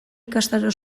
ikastaro